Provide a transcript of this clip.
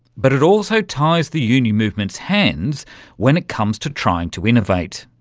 but it also ties the union movement's hands when it comes to trying to innovate.